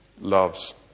loves